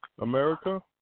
America